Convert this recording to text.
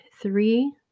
three